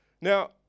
Now